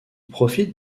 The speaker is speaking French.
profitent